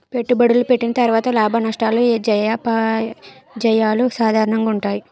పెట్టుబడులు పెట్టిన తర్వాత లాభనష్టాలు జయాపజయాలు సాధారణంగా ఉంటాయి